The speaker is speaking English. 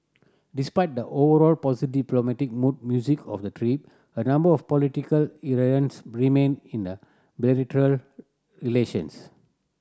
despite the overall positive diplomatic mood music of the trip a number of political irritants remain in the bilateral relations